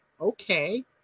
okay